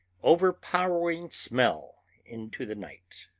overpowering smell into the night.